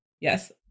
yes